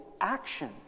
action